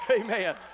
Amen